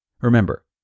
Remember